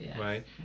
right